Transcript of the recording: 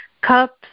cups